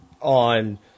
on